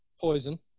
Poison